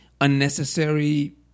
unnecessary